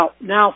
now